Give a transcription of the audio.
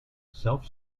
self